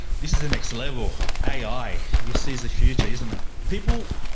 this is a next level, ai, this is the future, isn't it? people,